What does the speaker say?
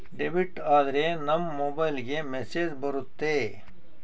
debit ಆದ್ರೆ ನಮ್ ಮೊಬೈಲ್ಗೆ ಮೆಸ್ಸೇಜ್ ಬರುತ್ತೆ